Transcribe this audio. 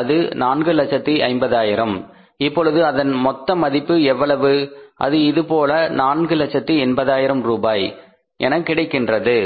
அது 450000 இப்பொழுது அதன் மொத்த மதிப்பு எவ்வளவு அது இது போல 480000 ரூபா என கிடைக்கின்றது